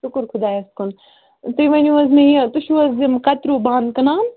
شُکُر خۄدایَس کُن تُہۍ ؤنِو حظ مےٚ یہِ تُہۍ چھُو حظ یِم کَتریو بانہٕ کٕنان